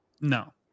no